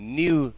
new